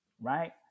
right